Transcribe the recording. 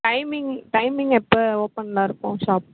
timing timing எப்போ ஓப்பனில் இருக்கும் ஷாப்